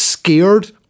Scared